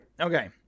Okay